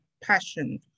passion